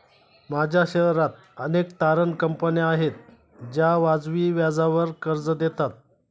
माझ्या शहरात अनेक तारण कंपन्या आहेत ज्या वाजवी व्याजावर कर्ज देतात